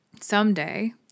someday—